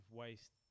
waste